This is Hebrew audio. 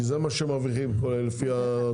כי זה מה שהם מרוויחים לפי הדוחות.